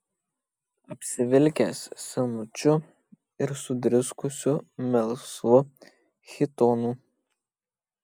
apsivilkęs senučiu ir sudriskusiu melsvu chitonu